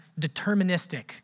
deterministic